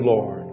Lord